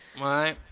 Right